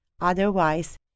Otherwise